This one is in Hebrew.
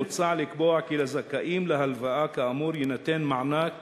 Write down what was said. מוצע לקבוע כי לזכאים להלוואה כאמור יינתן מענק